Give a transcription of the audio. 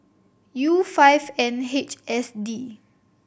U five N H S D